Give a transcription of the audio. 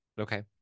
Okay